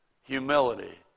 humility